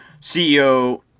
CEO